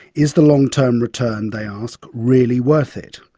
is the long-term return, they ask, really worth it?